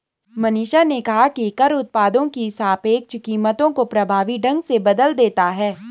मनीषा ने कहा कि कर उत्पादों की सापेक्ष कीमतों को प्रभावी ढंग से बदल देता है